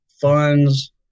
funds